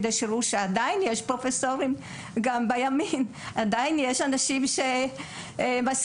כדי שייראו שעדיין גם בימין יש אנשים משכילים.